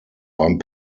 beim